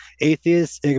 Atheists